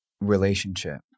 relationship